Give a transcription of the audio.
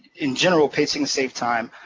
in general, paid sick and safe time